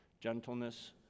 Gentleness